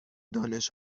دانش